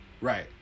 right